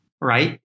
right